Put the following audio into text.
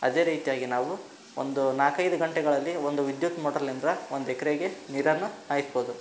ಅದೆ ರೀತಿಯಾಗಿ ನಾವು ಒಂದು ನಾಲ್ಕೈದು ಗಂಟೆಗಳಲ್ಲಿ ಒಂದು ವಿದ್ಯುತ್ ಮೋಟ್ರ್ದಿಂದ ಒಂದು ಎಕ್ರೆಗೆ ನೀರನ್ನು ಹಾಯಿಸ್ಬೋದು